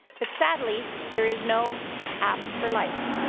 but sadly there is no app for life.